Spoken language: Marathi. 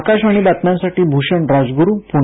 आकाशवाणी बातम्यांसाठी भूषण राजगुरू पुणे